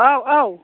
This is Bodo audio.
औ औ